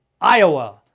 Iowa